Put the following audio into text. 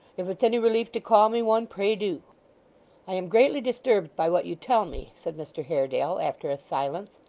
if it's any relief to call me one, pray do i am greatly disturbed by what you tell me said mr haredale, after a silence.